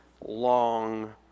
long